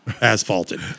asphalted